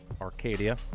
Arcadia